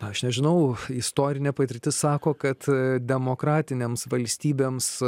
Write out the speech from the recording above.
aš nežinau istorinė patirtis sako kad demokratinėms valstybėms